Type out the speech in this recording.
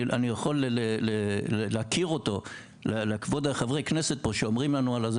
אני יכול להכיר אותו לכבוד חברי הכנסת פה שאומרים לנו.